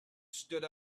stood